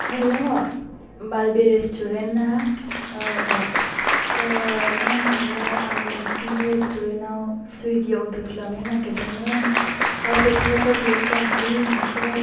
हेल' बारबि रेस्तुरेन्ट ना औ औ मा होनो मोनलाय आं नोंसोरनि रेसटुरेन्टआव सुइगि अर्दार खालामनो नागिरदोंमोन दा बोथोराथ' बिराद गाज्रि नोंसोरो